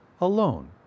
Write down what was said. alone